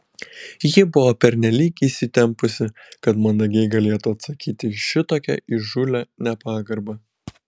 ji buvo pernelyg įsitempusi kad mandagiai galėtų atsakyti į šitokią įžūlią nepagarbą